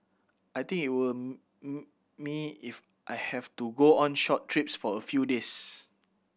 I think it will me if I have to go on short trips for a few days